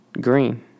Green